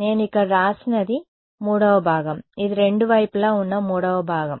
నేను ఇక్కడ వ్రాసినది ఇది 3వ భాగం ఇది రెండు వైపులా ఉన్న 3వ భాగం సరే